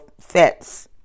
fats